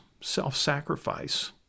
self-sacrifice